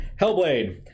hellblade